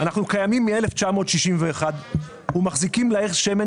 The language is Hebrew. אנחנו קיימים מ-1961 ומחזיקים מלאי שמן